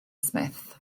smith